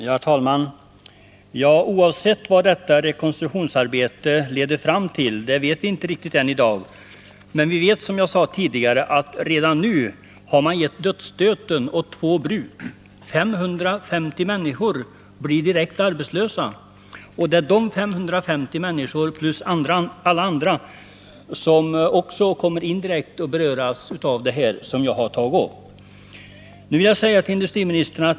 Herr talman! Oavsett vad detta rekonstruktionsarbete leder fram till — vi vet inte det i dag — har man redan gett dödsstöten åt två bruk. 550 människor blir direkt arbetslösa. Det är med tanke på dessa 550 människor plus alla andra som indirekt kommer att beröras som jag har ställt min fråga.